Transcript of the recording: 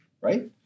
Right